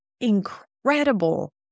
incredible